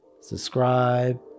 subscribe